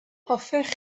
hoffech